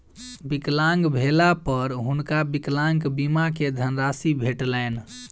विकलांग भेला पर हुनका विकलांग बीमा के धनराशि भेटलैन